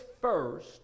first